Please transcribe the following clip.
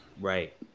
Right